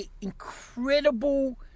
incredible